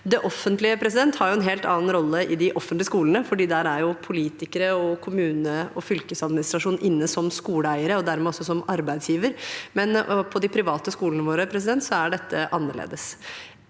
Det offentlige har en helt annen rolle i de offentlige skolene, for der er politikere og kommune- og fylkesadministrasjonen inne som skoleeier og dermed også som arbeidsgiver, men ved de private skolene våre er dette annerledes.